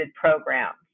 programs